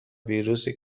ویروسی